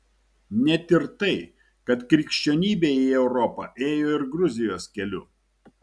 net ir tai kad krikščionybė į europą ėjo ir gruzijos keliu